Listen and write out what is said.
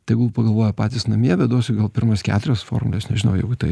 tegul pagalvoja patys namie bet duosiu gal pirmas keturias formules nežinau jeigu tai